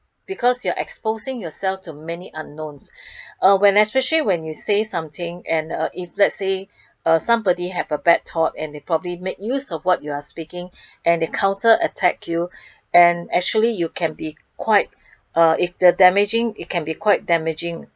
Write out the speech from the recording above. because you are exposing yourself to many unknowns uh when I especially when you say something and if let's say uh somebody have a bad thought and probably make use of what you are speaking and they counter attack you and actually you can be quite uh the damaging it can be quite damaging